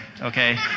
okay